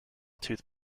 tooth